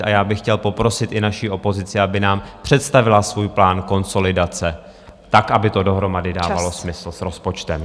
A já bych chtěl poprosit i naši opozici, aby nám představila svůj plán konsolidace, tak aby to dohromady dávalo smysl s rozpočtem.